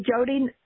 Jody